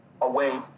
away